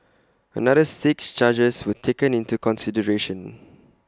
another six charges were taken into consideration